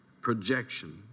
projection